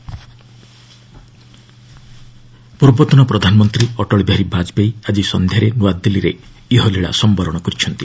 Vajpayee death ପୂର୍ବତନ ପ୍ରଧାନମନ୍ତ୍ରୀ ଅଟଳ ବିହାରୀ ବାଜପେୟୀ ଆଜି ସନ୍ଧ୍ୟାରେ ନ୍ନଆଦିଲ୍ଲୀରେ ଇହଲୀଳା ସମ୍ଭରଣ କରିଛନ୍ତି